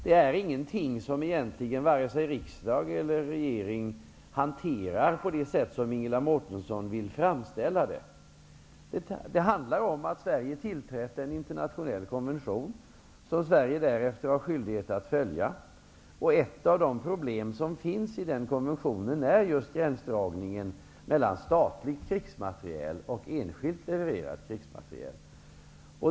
Detta hanterar varken riksdagen eller regeringen på det sätt som Ingela Mårtensson antyder. Det handlar om att Sverige tillträtt en internationell konvention, som Sverige sedan har skyldighet att följa. Ett av problemen med den konventionen är just gränsdragningen mellan statlig krigsmateriel och enskilt levererad krigsmateriel.